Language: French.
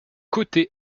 côté